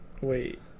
Wait